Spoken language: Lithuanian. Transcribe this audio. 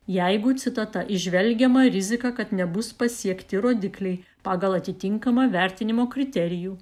jeigu citata įžvelgiama rizika kad nebus pasiekti rodikliai pagal atitinkamą vertinimo kriterijų